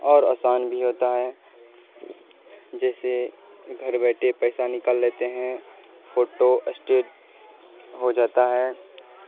اور آسان بھی ہوتا ہے جیسے گھر بیٹھے پیسہ نکل لیتے ہیں فوٹو اسٹیڈ ہو جاتا ہے